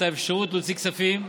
את האפשרות להוציא כספים,